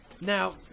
Now